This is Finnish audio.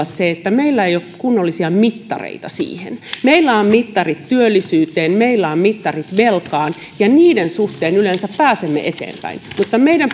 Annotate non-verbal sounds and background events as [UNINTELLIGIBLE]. [UNINTELLIGIBLE] se että meillä ei ole kunnollisia mittareita siihen meillä on mittarit työllisyyteen meillä on mittarit velkaan ja niiden suhteen yleensä pääsemme eteenpäin mutta meidän [UNINTELLIGIBLE]